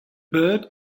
bird